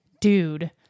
dude